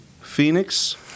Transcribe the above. Phoenix